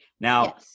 now